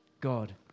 God